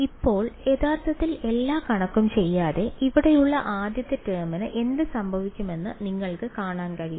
ഇപ്പോൾ യഥാർത്ഥത്തിൽ എല്ലാ കണക്കും ചെയ്യാതെ ഇവിടെയുള്ള ആദ്യത്തെ ടേമിന് എന്ത് സംഭവിക്കുമെന്ന് നിങ്ങൾക്ക് കാണാൻ കഴിയും